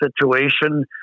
situation